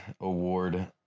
award